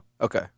Okay